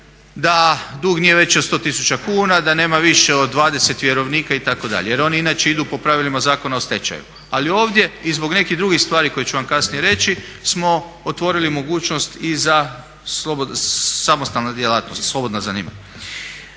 da dug nije veći od 100 tisuća kuna, da nema više od 20 vjerovnika itd. jer oni inače idu po pravilima Zakona o stečaju. Ali ovdje i zbog nekih drugih stvari koje ću vam kasnije reći smo otvorili mogućnost i za samostalne djelatnosti, slobodna zanimanja.